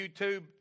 YouTube